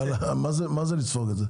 מה זה לספוג את זה?